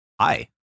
Hi